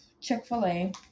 chick-fil-a